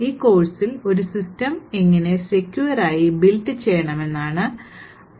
ഈ കോഴ്സ്ൽ ഒരു സിസ്റ്റം എങ്ങിനെ സെക്യുർ ആയി ബിൽറ്റ് ചെയ്യണമെന്നാണ് പഠിക്കുന്നത്